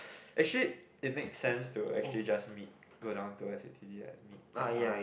actually it makes sense to actually just meet go down to S_U_T_D to meet and ask